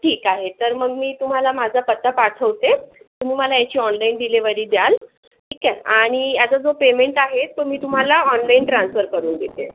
ठीक आहे तर मग मी तुम्हाला माझा पत्ता पाठवते तुम्ही मला याची ऑनलाइन डिलेवरी द्याल ठीक आहे आणि याचा जो पेमेंट आहे तो मी तुम्हाला ऑनलाइन ट्रान्सफर करून देते